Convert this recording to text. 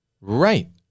Right